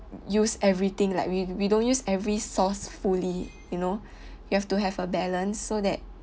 use everything like we we don't use every source fully you know you have to have a balance so that